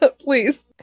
Please